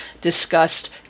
discussed